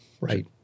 Right